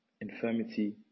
infirmity